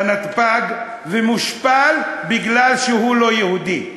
בנתב"ג ומושפל מפני שהוא לא יהודי.